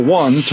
one